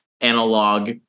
analog